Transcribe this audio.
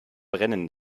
brennen